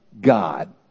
God